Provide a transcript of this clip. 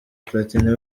platini